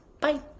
bye